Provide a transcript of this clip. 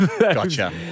Gotcha